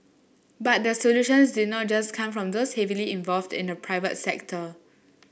but the solutions did not just come from those heavily involved in the private sector